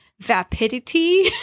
Vapidity